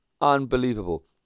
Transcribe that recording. unbelievable